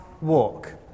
walk